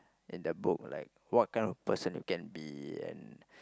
in the book like what kind of person you can be and